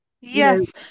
Yes